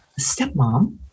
stepmom